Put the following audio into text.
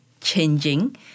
changing